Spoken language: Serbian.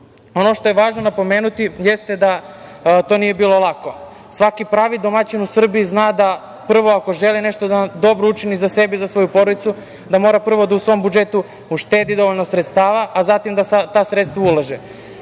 što je važno napomenuti jeste da to nije bilo lako. Svaki pravi domaćin u Srbiji zna da prvo ako želi nešto dobro da učini za sebe i svoju porodicu, da mora prvo da u svom budžetu uštedi dovoljno sredstava, a zatim da ta sredstva